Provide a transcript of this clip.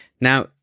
Now